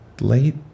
late